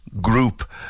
group